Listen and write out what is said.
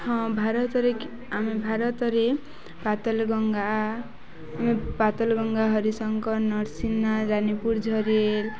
ହଁ ଭାରତରେ କି ଆମେ ଭାରତରେ ପାତଲ୍ ଗଙ୍ଗା ଆମେ ପାତଲ୍ ଗଙ୍ଗା ହରିଶଙ୍କର ନର୍ସିନା ରାନୀପୁର ଝରିଲ୍